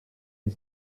une